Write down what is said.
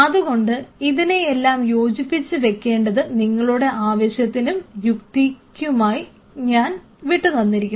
അതുകൊണ്ട് ഇതിനെല്ലാം യോജിപ്പിച്ച് വെക്കേണ്ടത് നിങ്ങളുടെ ആവശ്യത്തിനും യുക്തിക്കുമായി ഞാൻ വിട്ടു തന്നിരിക്കുന്നു